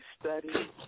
study